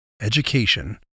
education